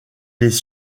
les